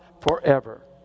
forever